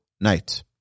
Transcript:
night